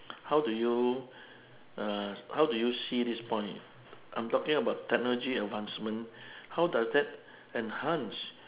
how do you uh how do you see this point I'm talking about technology advancement how does that enhance